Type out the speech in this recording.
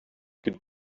could